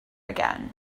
again